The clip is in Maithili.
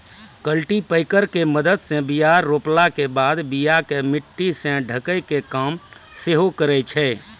कल्टीपैकर के मदत से बीया रोपला के बाद बीया के मट्टी से ढकै के काम सेहो करै छै